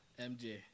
MJ